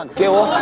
um dealer.